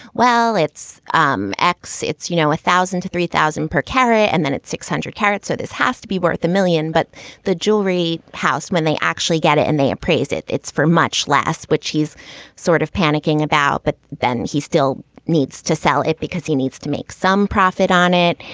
well, it's um x. it's, you know, a thousand to three thousand per carat and then it's six hundred carats. so this has to be worth a million. but the jewelry house, when they actually get it and they appraised it, it's for much less, which she's sort of panicking about. but then he still needs to sell it because he needs to make some profit on it.